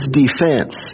defense